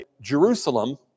Jerusalem